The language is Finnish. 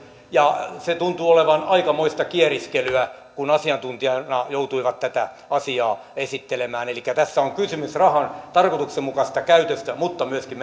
ja se tuntui olevan aikamoista kieriskelyä kun he asiantuntijoina joutuivat tätä asiaa esittelemään elikkä tässä on kysymys rahan tarkoituksenmukaisesta käytöstä mutta myöskin